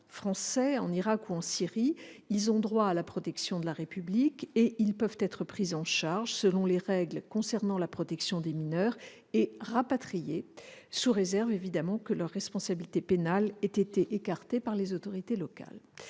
français, en Irak ou en Syrie, ont droit à la protection de la République et peuvent être pris en charge selon les règles concernant la protection des mineurs et rapatriés, sous réserve que leur responsabilité pénale ait été écartée par les autorités locales.